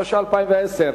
התש"ע 2010,